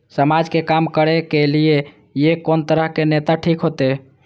समाज के काम करें के ली ये कोन तरह के नेता ठीक होते?